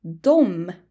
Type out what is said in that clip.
Dom